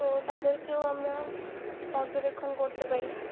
তো তাদেরকেও আমরা পর্যবেক্ষণ করতে পারি